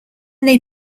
they